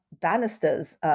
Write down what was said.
Bannisters